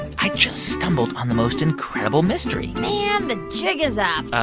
i just stumbled on the most incredible mystery man, the jig is up.